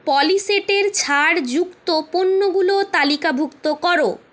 পলিসেটের ছাড় যুক্ত পণ্যগুলো তালিকাভুক্ত কর